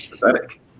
pathetic